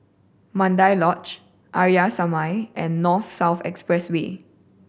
Mandai Lodge Arya Samaj and North South Expressway